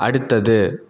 அடுத்தது